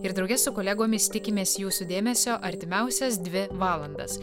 ir drauge su kolegomis tikimės jūsų dėmesio artimiausias dvi valandas